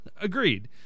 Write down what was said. Agreed